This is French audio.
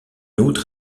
outre